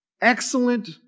excellent